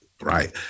right